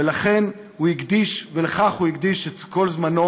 ולכך הוא הקדיש את כל זמנו